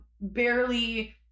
barely